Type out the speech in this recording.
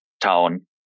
town